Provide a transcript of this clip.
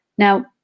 Now